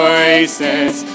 voices